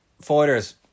fighters